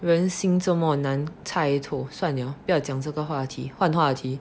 人心这么难猜透算了不要这个话题换话题